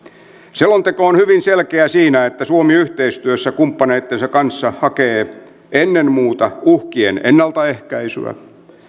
selonteko on hyvin selkeä siinä että suomi yhteistyössä kumppaneittensa kanssa hakee ennen muuta uhkien ennaltaehkäisyä